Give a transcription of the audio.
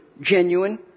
genuine